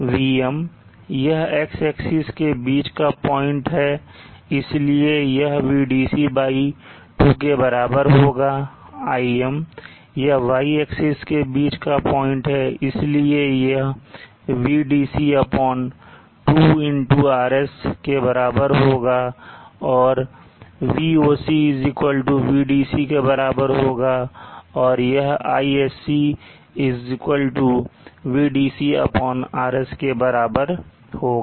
Vm यह x axis के बीच का पॉइंट है इसलिए यह Vdc2 के बराबर होगा Im यह y axis के बीच का पॉइंट है इसलिए यह Vdc2RS के बराबर होगा और Voc Vdc के बराबर होगा और यह Isc Vdc RS के बराबर होगा